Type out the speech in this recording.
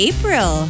April